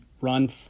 run